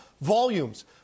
volumes